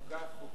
חוקה, חוק ומשפט.